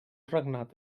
regnat